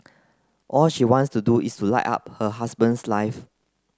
all she wants to do is to light up her husband's life